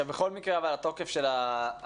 אבל בכל מקרה התוקף של התקנות,